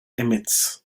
emits